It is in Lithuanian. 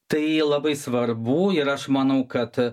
tai labai svarbu ir aš manau kad